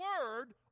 word